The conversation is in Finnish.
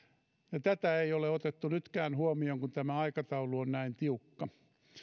tätä ei ole otettu nytkään huomioon kun tämä aikataulu on näin tiukka